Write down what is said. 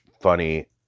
funny